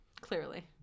Clearly